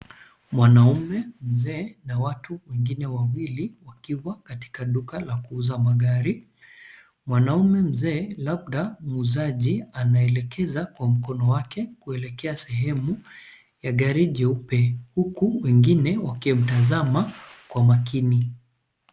Mwanamume mzee na watu wengine wawili wakiwa katika duka la kuuza magari. Mwanamume mzee, labda muuzaji anaelekeza kwa mkono wake kuelekea sehemu ya gari jeupe, huku wengine wakimtazama kwa makini.